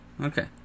Okay